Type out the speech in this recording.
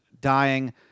dying